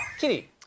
Kitty